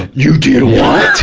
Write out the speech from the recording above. you did what!